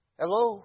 hello